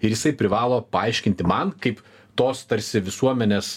ir jisai privalo paaiškinti man kaip tos tarsi visuomenės